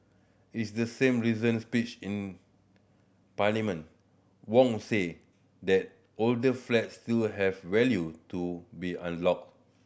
is the same recent speech in Parliament Wong said that older flats still had value to be unlocked